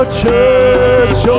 church